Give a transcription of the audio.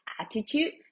attitude